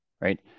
right